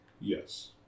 Yes